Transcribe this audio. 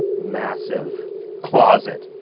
massive closet.